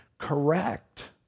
correct